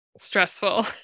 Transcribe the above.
stressful